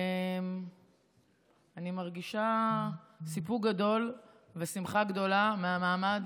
אני מרגישה סיפוק גדול ושמחה גדולה מהמעמד